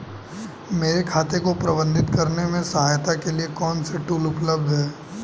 मेरे खाते को प्रबंधित करने में सहायता के लिए कौन से टूल उपलब्ध हैं?